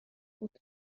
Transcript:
بود